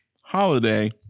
holiday